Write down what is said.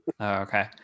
okay